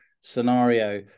scenario